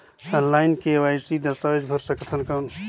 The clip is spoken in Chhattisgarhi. ऑनलाइन के.वाई.सी दस्तावेज भर सकथन कौन?